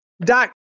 Doc